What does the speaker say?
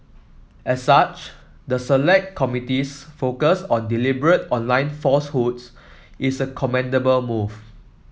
as such the select committee's focus on deliberate online falsehoods is a commendable move